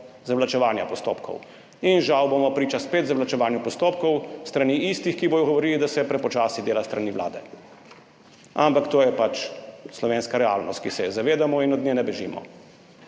zavlačevanja postopkov. In žal bomo spet priča zavlačevanju postopkov s strani istih, ki bodo govorili, da se prepočasi dela s strani vlade. Ampak to je slovenska realnost, ki se je zavedamo in od nje ne bežimo.